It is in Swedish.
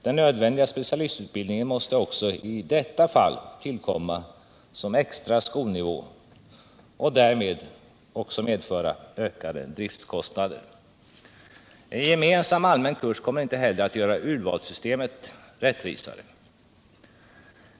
Den nödvändigaste specialistutbildningen måste också i detta fall tillkomma som extra skolnivå och därmed också medföra ökade driftkostnader. En gemensam allmän kurs kommer inte heller att göra urvalssystemet rättvisare.